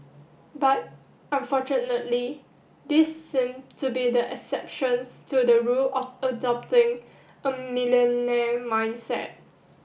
but unfortunately these seem to be the exceptions to the rule of adopting a millionaire mindset